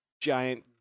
giant